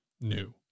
new